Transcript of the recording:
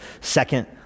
second